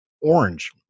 orange